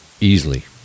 easily